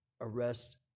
arrest